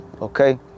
okay